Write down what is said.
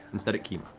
instead, at kima.